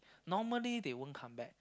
normally they won't come back